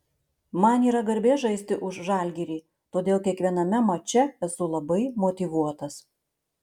man yra garbė žaisti už žalgirį todėl kiekviename mače esu labai motyvuotas